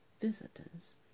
visitors